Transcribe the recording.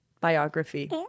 biography